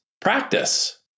practice